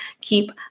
keep